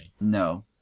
No